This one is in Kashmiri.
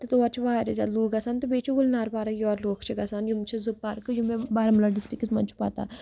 تہِ تور چھِ واریاہ زیادٕ لُکھ گژھن تہٕ بیٚیہِ چھِ گُلنار پارک یور لُکھ چھِ گژھان یِم چھِ زٕ پارکہٕ یِم مےٚ بارہمولہ ڈِسٹِرٛکَس مںٛز چھُ پَتہ